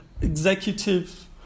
executive